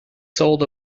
sold